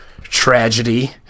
tragedy